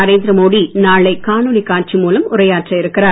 நரேந்திர மோடி நாளை காணொளி காட்சி மூலம் உரையாற்ற இருக்கிறார்